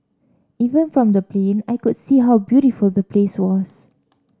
even from the plane I could see how beautiful the place was